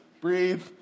breathe